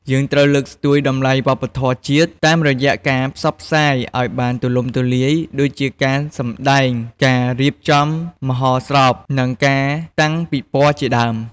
យើងត្រូវលើកស្ទួយតម្លៃវប្បធម៌ជាតិ តាមរយៈការផ្សព្វផ្សាយឲ្យបានទូលំទូលាយ ដូចជាការសម្ដែង ការរៀបចំមហោស្រព និងការតាំងពិព័រណ៍ជាដើម។